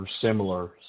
similar